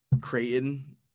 Creighton